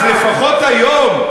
אז לפחות היום,